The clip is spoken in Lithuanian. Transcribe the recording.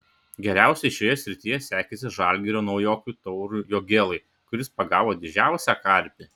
geriausiai šioje srityje sekėsi žalgirio naujokui taurui jogėlai kuris pagavo didžiausią karpį